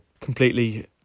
completely